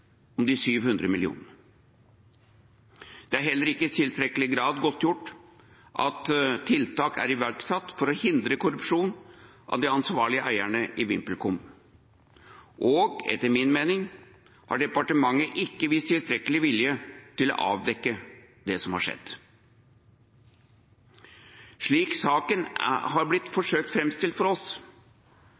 tilstrekkelig grad godtgjort at tiltak er iverksatt for å hindre korrupsjon av de ansvarlige eierne i VimpelCom, og etter min mening har departementet ikke vist tilstrekkelig vilje til å avdekke det som har skjedd. Slik saken har blitt forsøkt framstilt for oss,